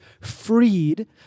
freed